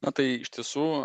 na tai iš tiesų